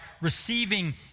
receiving